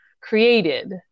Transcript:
created